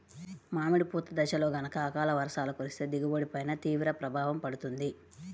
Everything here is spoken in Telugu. మామిడి పూత దశలో గనక అకాల వర్షాలు కురిస్తే దిగుబడి పైన తీవ్ర ప్రభావం పడుతుంది